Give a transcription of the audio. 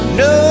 no